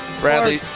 Bradley